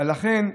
לכן,